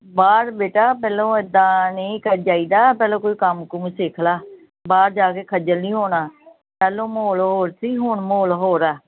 ਬਾਹਰ ਬੇਟਾ ਪਹਿਲੋਂ ਇੱਦਾਂ ਨਹੀਂ ਕਰ ਜਾਈਦਾ ਪਹਿਲਾਂ ਕੋਈ ਕੰਮ ਕੁੰਮ ਸਿੱਖ ਲਾ ਬਾਹਰ ਜਾ ਕੇ ਖੱਜਲ ਨਹੀਂ ਹੋਣਾ ਪਹਿਲੋਂ ਮਾਹੌਲ ਹੋਰ ਸੀ ਹੁਣ ਮਾਹੌਲ ਹੋਰ ਆ